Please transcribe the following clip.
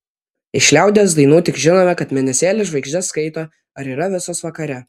iš liaudies dainų tik žinome kad mėnesėlis žvaigždes skaito ar yra visos vakare